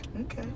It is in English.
Okay